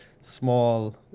small